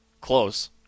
Close